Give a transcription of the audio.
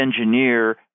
engineer